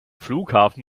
flughafen